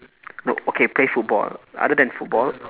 no okay play football ah other than football